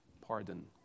pardon